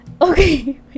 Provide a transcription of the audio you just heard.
Okay